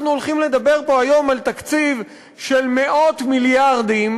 אנחנו הולכים לדבר פה היום על תקציב של מאות מיליארדים.